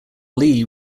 lee